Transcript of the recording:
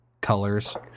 colors